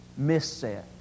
misset